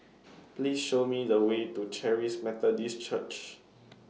Please Show Me The Way to Charis Methodist Church